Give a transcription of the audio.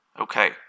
Okay